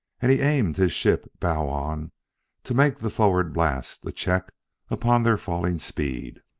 and he aimed his ship bow-on to make the forward blast a check upon their falling speed.